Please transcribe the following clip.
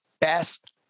best